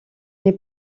n’ai